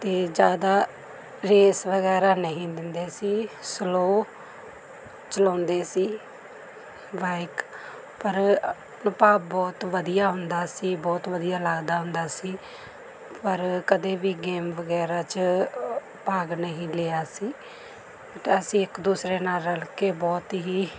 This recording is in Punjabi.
ਅਤੇ ਜ਼ਿਆਦਾ ਰੇਸ ਵਗੈਰਾ ਨਹੀਂ ਦਿੰਦੇ ਸੀ ਸਲੋ ਚਲਾਉਂਦੇ ਸੀ ਬਾਇਕ ਪਰ ਅਨੁਭਵ ਬਹੁਤ ਵਧੀਆ ਹੁੰਦਾ ਸੀ ਬਹੁਤ ਵਧੀਆ ਲੱਗਦਾ ਹੁੰਦਾ ਸੀ ਪਰ ਕਦੇ ਵੀ ਗੇਮ ਵਗੈਰਾ 'ਚ ਭਾਗ ਨਹੀਂ ਲਿਆ ਸੀਂ ਅਸੀਂ ਇੱਕ ਦੂਸਰੇ ਨਾਲ ਰਲ ਕੇ ਬਹੁਤ ਹੀ